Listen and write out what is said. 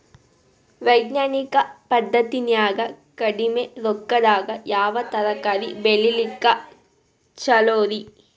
ವೈಜ್ಞಾನಿಕ ಪದ್ಧತಿನ್ಯಾಗ ಕಡಿಮಿ ರೊಕ್ಕದಾಗಾ ಯಾವ ತರಕಾರಿ ಬೆಳಿಲಿಕ್ಕ ಛಲೋರಿ?